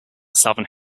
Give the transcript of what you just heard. southern